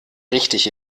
richtig